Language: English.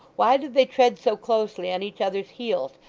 why do they tread so closely on each other's heels,